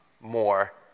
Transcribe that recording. more